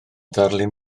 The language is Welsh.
ddarlun